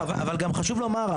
חשוב לומר,